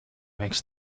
makes